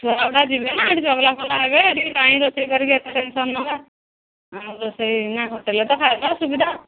ଛୁଆଗୁଡ଼ା ଯିବେ ନା ସେଇଠି ଚଗଲା ଫଗଲା ହେବେ ଏଇଠି କାଇଁ ରୋଷେଇ କରିକି ଏତେ ଟେନ୍ସନ୍ ନବା ଆମ ରୋଷେଇ ନା ହୋଟେଲ୍ରେ ତ ଖାଇବା ସୁବିଧା